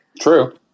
True